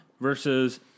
versus